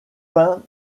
peint